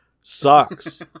sucks